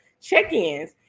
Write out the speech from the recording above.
check-ins